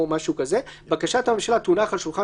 או משהו כזה "בקשת הממשלה תונח על שולחן